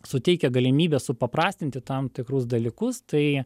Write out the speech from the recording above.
suteikia galimybę supaprastinti tam tikrus dalykus tai